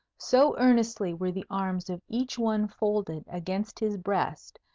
so earnestly were the arms of each one folded against his breast,